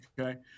okay